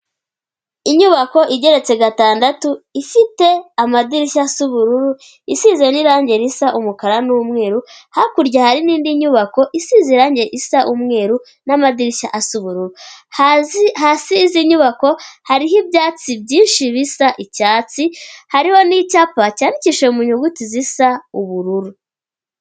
Inyubako igeretse gatandatu ifite amadirishya asa ubururu, isize n'irangi risa umukara n'umweru; hakurya hari n'indi nyubako isize irangi isa umweru n'amadirishya asa ubururu. Hasi y'izi nyubako hariho ibyatsi byinshi bisa icyatsi, hariho n'icyapa cyandikishije mu nyuguti zisa ubururu.